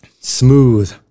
smooth